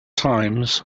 times